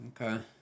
Okay